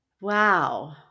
Wow